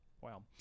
wow